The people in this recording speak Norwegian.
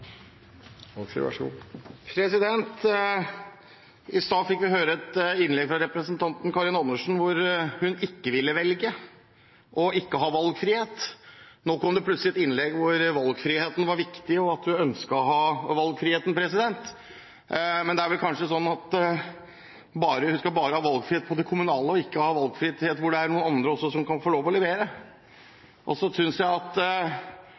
I stad fikk vi høre et innlegg fra representanten Karin Andersen hvor hun ikke ville velge og ikke ha valgfrihet. Nå kom det plutselig et innlegg hvor valgfriheten var viktig, og der hun ønsket å ha valgfriheten. Men det er vel kanskje slik at hun bare vil ha valgfrihet i det kommunale og ikke ha valgfrihet der det er noen andre som også kan få lov til å levere. Så synes jeg at